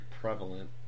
prevalent